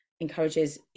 encourages